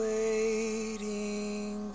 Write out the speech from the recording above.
waiting